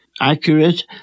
accurate